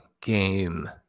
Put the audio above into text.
game